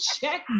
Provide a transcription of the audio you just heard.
check